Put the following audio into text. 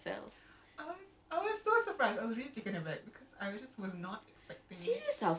I have so many replies but I'll just I'll just keep it to myself